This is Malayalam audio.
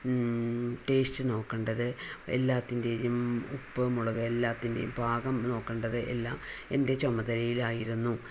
ടേസ്റ്റ് നോക്കണ്ടത് എല്ലാത്തിൻ്റെയും ഉപ്പ് മുളക് എല്ലാത്തിൻ്റെയും പാകം നോക്കണ്ടത് എല്ലാം എൻ്റെ ചുമതലയിൽ ആയിരുന്നു